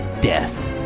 death